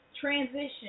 transition